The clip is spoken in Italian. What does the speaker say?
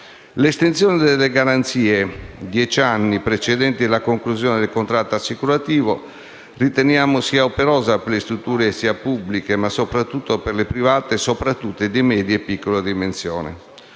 L'estensione delle garanzie (dieci anni precedenti la conclusione del contratto assicurativo) riteniamo sia operosa per le strutture pubbliche, ma soprattutto per le private, soprattutto di media e piccola dimensione.